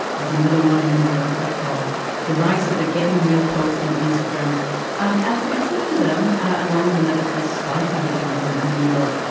there's another one in the new yorker called the rise of the getting real post on instagram um and between them along with another piece by tavi gevinson in new york.